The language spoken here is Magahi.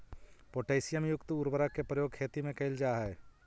पोटैशियम युक्त उर्वरक के प्रयोग खेती में कैल जा हइ